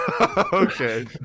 Okay